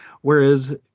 whereas